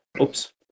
Oops